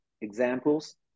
examples